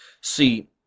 See